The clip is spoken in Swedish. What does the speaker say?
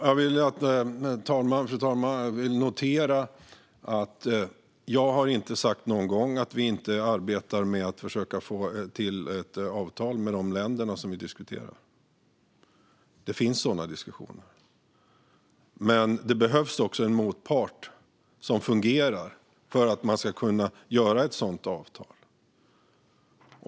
Fru talman! Jag vill notera att jag inte någon gång har sagt att vi inte arbetar med att försöka få till ett avtal med de länder som vi diskuterar. Det finns sådana diskussioner. Men det behövs också en motpart som fungerar för att man ska kunna göra ett sådant avtal.